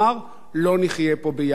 לא ניתן לכם לחיות ביחד.